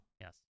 Yes